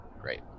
Great